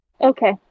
Okay